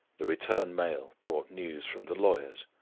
the return mail brought news from the lawyers.